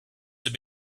have